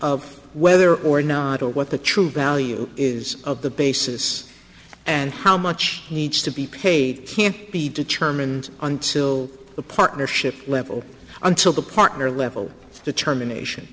of whether or not or what the true value is of the basis and how much needs to be paid can't be determined until the partnership level until the partner level determination